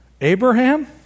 Abraham